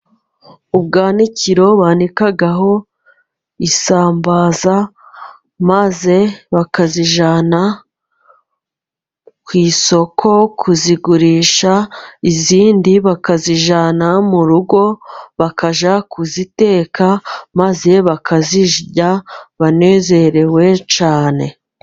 Ubwanikiro banikaho isambaza maze bakazijyana ku isoko kuzigurisha, izindi bakazijyana mu rugo bakajya kuziteka, maze bakazirya banezerewe cyane.